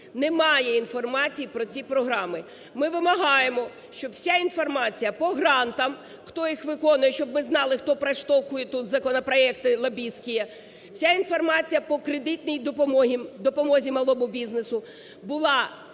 не має інформації про ці програми. Ми вимагаємо, щоб вся інформація по грантам, хто їх виконує, щоб ми знали, хто проштовхує тут законопроекти лобістські, вся інформація по кредитній допомозі малому бізнесу була відкрита.